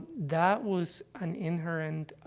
that was an inherent,